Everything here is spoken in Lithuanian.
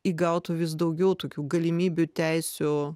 įgautų vis daugiau tokių galimybių teisių